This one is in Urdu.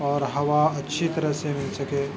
اور ہوا اچھی طرح سے مل سکے